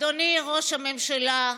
אדוני ראש הממשלה,